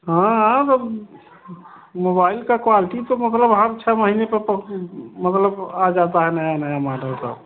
हाँ हाँ मोबाइल का क्वालिटी तो मतलब हर छ महीने पर मतलब आ जाता है नया नया मॉडल का